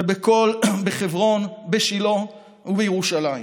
בחברון, בשילה ובירושלים.